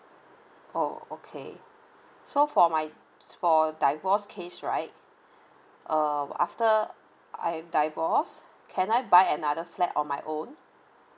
oh okay so for my for divorce case right um after I've divorce can I buy another flat on my own